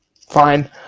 Fine